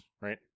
right